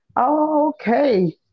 Okay